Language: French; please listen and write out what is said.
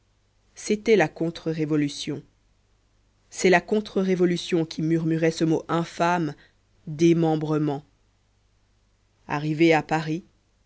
c'était la contre révolution c'est la contre révolution qui murmurait ce mot infâme démembrement arrivée à paris